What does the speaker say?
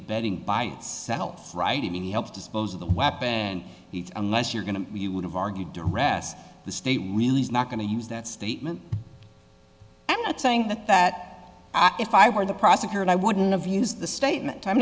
abetting by itself right even helped dispose of the weapon unless you're going to you would have argued duress the state really is not going to use that statement i'm not saying that that if i were the prosecutor i wouldn't have used the statement i'm